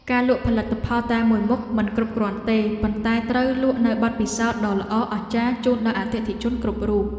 ការលក់ផលិតផលតែមួយមុខមិនគ្រប់គ្រាន់ទេ ប៉ុន្តែត្រូវលក់នូវបទពិសោធន៍ដ៏ល្អអស្ចារ្យជូនដល់អតិថិជនគ្រប់រូប។